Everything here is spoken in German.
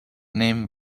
nehmen